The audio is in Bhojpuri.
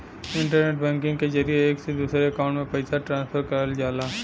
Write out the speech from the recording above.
इंटरनेट बैकिंग के जरिये एक से दूसरे अकांउट में पइसा ट्रांसफर करल जाला